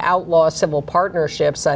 outlaw civil partnerships i